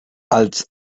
als